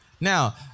Now